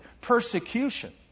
persecution